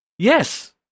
Yes